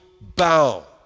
bow